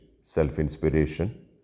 self-inspiration